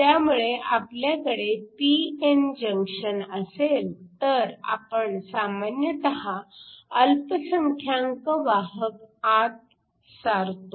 त्यामुळे आपल्याकडे p n junction असेल तर आपण सामान्यतः अल्पसंख्यांक वाहक आत सारतो